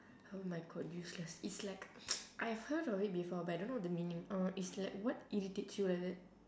oh my god useless it's like I've heard of it before but I don't know the meaning uh it's like what irritates you like that